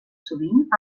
sovint